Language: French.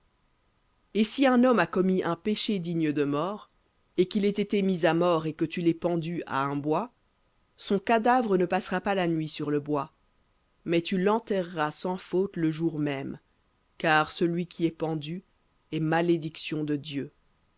et si un homme a commis un péché digne de mort et qu'il ait été mis à mort et que tu l'aies pendu à un bois son cadavre ne passera pas la nuit sur le bois mais tu l'enterreras sans faute le jour même car celui qui est pendu est malédiction de dieu